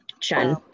Chen